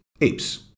apes